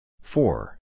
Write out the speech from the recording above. four